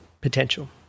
potential